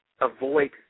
avoid